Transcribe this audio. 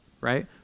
right